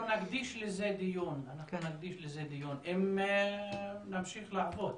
אנחנו נקדיש לזה דיון, אם נמשיך לעבוד.